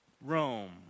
Rome